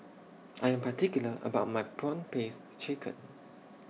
I Am particular about My Prawn Paste Chicken